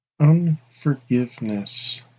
Unforgiveness